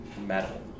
metal